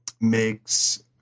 makes